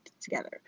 together